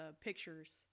pictures